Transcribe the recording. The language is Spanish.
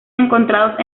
encontrados